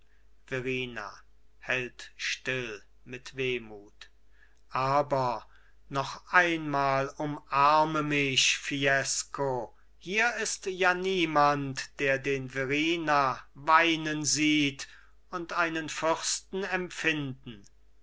verrina hält still mit wehmut aber noch einmal umarme mich fiesco hier ist ja niemand der den verrina weinen sieht und einen fürsten empfinden